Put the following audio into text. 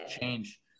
change